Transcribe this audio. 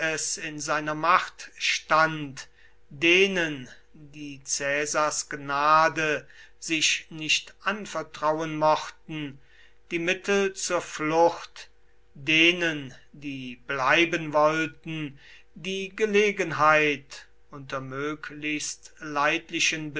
in seiner macht stand denen die caesars gnade sich nicht anvertrauen mochten die mittel zur flucht denen die bleiben wollten die gelegenheit unter möglichst leidlichen